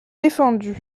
défendu